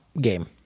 game